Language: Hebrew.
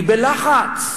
היא בלחץ.